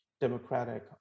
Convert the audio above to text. democratic